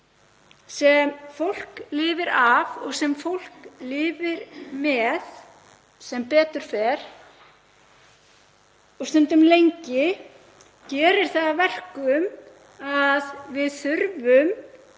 sem fólk lifir af og sem fólk lifir með, sem betur fer og stundum lengi, gera það að verkum að við þurfum